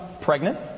pregnant